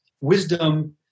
wisdom